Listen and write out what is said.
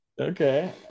Okay